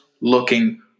looking